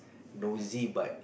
nosy but